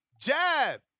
jab